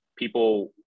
people